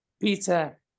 Peter